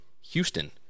Houston